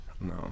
No